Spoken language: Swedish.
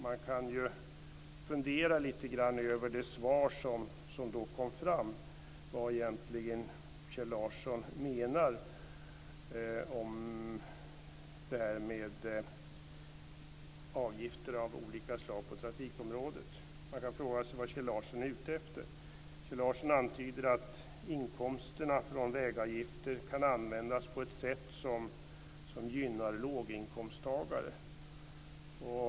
Man kan fundera lite grann över vad Kjell Larsson i det svar som då kom fram egentligen menar om det här med avgifter av olika slag på trafikområdet. Man kan fråga sig vad Kjell Larsson är ute efter. Kjell Larsson antyder att inkomsterna från vägavgifter kan användas på ett sätt som gynnar låginkomsttagare.